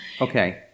Okay